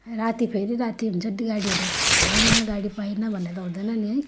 राति फेरि राति हुन्छ गाडीहरू छैन गाडी पाइन भन्ने त हुँदैन नि है